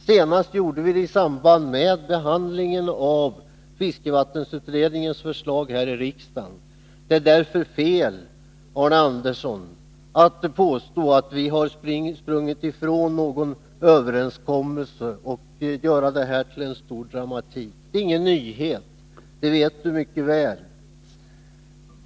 Senast gjorde vi det i samband med behandlingen av fiskevattensutredningens förslag här i riksdagen. Det är därför fel, Arne Andersson i Ljung, att påstå att vi har sprungit ifrån någon överenskommelse. Man skall inte göra detta till stor dramatik. Det är ingen nyhet, det vet Arne Andersson mycket väl.